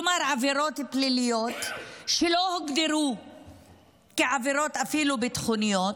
כלומר עבירות פליליות שאפילו לא הוגדרו כעבירות ביטחוניות.